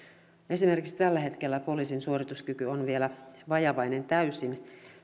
esimerkiksi tällä hetkellä poliisin suorituskyky on vielä vajavainen täysin